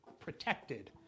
protected